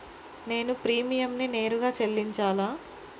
నేను ప్రీమియంని నేరుగా చెల్లించాలా?